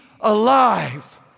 alive